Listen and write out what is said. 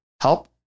help